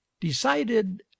decided